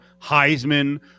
Heisman